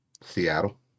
Seattle